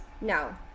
No